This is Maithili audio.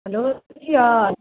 हेलो ठीक छियै